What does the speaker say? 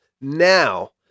Now